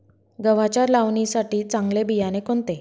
गव्हाच्या लावणीसाठी चांगले बियाणे कोणते?